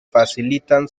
facilitan